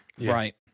Right